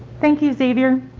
thank you, xavier,